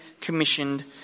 commissioned